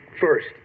First